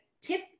tip